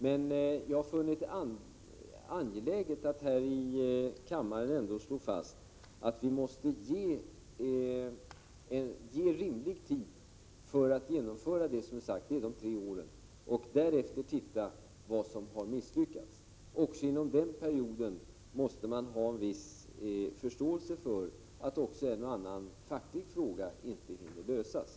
Men jag har funnit det angeläget att här i kammaren ändå slå fast att vi måste ge rimlig tid för genomförande av det som har beslutats, och den tiden är dessa tre år. Därefter får vi se vad som har misslyckats. Under denna genomförandeperiod måste man också ha viss förståelse för — Prot. 1987/88:43 att en och annan facklig fråga inte hinner lösas.